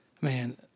man